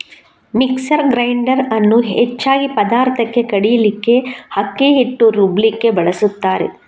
mixer grinder ಅನ್ನು ಹೆಚ್ಚಾಗಿ ಪದಾರ್ಥಕ್ಕೆ ಕಡೀಲಿಕ್ಕೆ, ಅಕ್ಕಿ ಹಿಟ್ಟು ರುಬ್ಲಿಕ್ಕೆ ಬಳಸ್ತಾರೆ